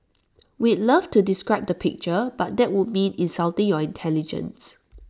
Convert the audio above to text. we'd love to describe the picture but that would mean insulting your intelligence